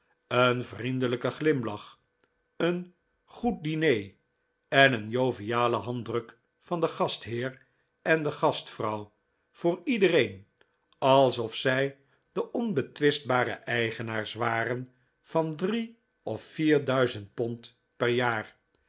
een vriendelijken glimlach een goed diner en een jovialen handdruk van den gastheer en de gastvrouw voor iedereen alsof zij de onbetwistbare eigenaars waren van drie of vier duizend pond per jaar